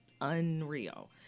unreal